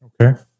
Okay